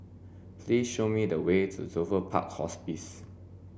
please show me the way to Dover Park Hospice